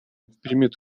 примет